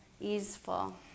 easeful